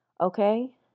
okay